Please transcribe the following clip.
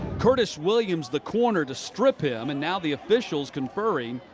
curtis williams, the corner, to strip him. and now the officials conferring.